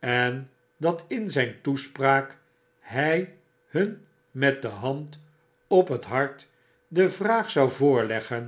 en dat in zyn toespraak hy hun met de hand op het hart de vraag zou voorleggen